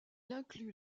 inclut